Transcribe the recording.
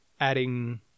adding